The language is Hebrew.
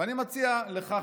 ואני מציע לך,